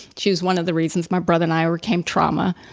she was one of the reasons my brother and i overcame trauma.